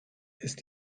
ist